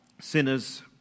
Sinners